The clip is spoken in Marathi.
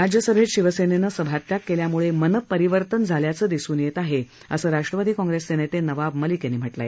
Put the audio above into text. राज्यसभेत शिवसेनेनं सभात्याग केल्यामुळे मनपरिवर्तन झाल्याचं दिसून येत आहे असं राष्ट्रवादी काँग्रेसचे नेते नवाब मलिक यांनी म्हटलं आहे